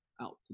out